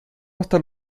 hasta